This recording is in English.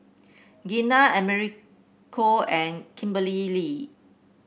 Gina Americo and Kimberlee Lee